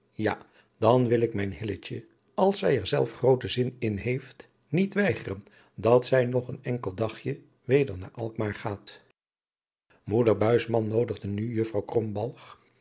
ja dan wil ik mijn hilletje als zij er zelf grooten zin in heeft niet weigeren dat zij nog een enkel dagje weder naar alkmaar gaat moeder buisman noodigde nu juffrouw